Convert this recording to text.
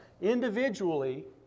individually